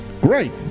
great